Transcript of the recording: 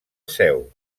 seu